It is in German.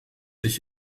ich